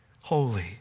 holy